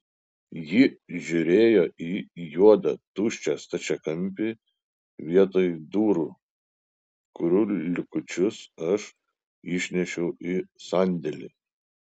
ji žiūrėjo į juodą tuščią stačiakampį vietoj durų kurių likučius aš išnešiau į sandėlį